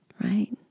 right